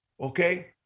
Okay